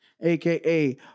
Aka